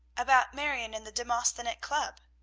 about marion and the demosthenic club!